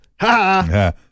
Ha